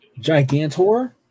Gigantor